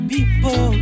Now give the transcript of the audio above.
People